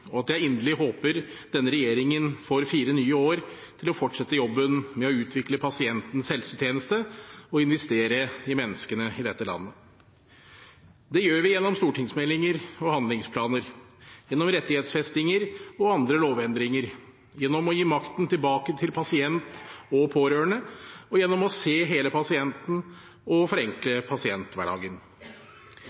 og jeg håper inderlig denne regjeringen får fire nye år til å fortsette jobben med å utvikle pasientens helsetjeneste og investere i menneskene i dette landet. Det gjør vi gjennom stortingsmeldinger og handlingsplaner, gjennom rettighetsfestinger og andre lovendringer, gjennom å gi makten tilbake til pasient og pårørende og gjennom å se hele pasienten og forenkle pasienthverdagen.